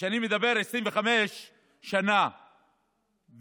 כשאני אומר 25 שנה ושיא,